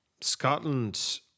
Scotland